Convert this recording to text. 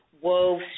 wove